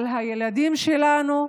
על הילדים שלנו,